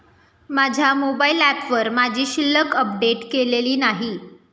माझ्या मोबाइल ऍपवर माझी शिल्लक अपडेट केलेली नाही